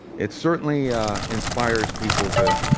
it certainly ah inspires people to